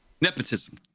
Nepotism